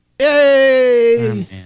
Yay